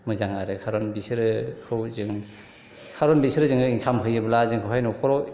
मोजां आरो खारन बिसोरखौ जों खारन बिसोरो जोंनो इनकाम होयोब्ला जोंखौहाय नखराव